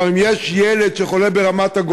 כלומר, אם יש ילד או מבוגר שחולה ברמת-הגולן,